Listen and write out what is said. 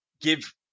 give